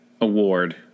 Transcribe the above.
award